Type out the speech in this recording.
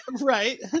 right